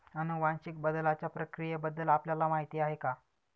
अनुवांशिक बदलाच्या प्रक्रियेबद्दल आपल्याला माहिती आहे का?